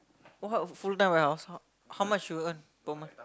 what a full time how much you earn per month